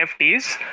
NFTs